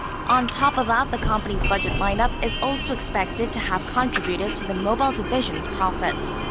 on top of that, the company's budget lineup is also expected to have contributed to the mobile division's profits.